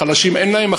החלשים אין להם,